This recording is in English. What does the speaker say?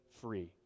free